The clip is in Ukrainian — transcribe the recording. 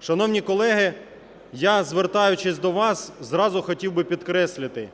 Шановні колеги, я, звертаючись до вас, зразу хотів би підкреслити,